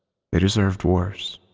they deserve worse.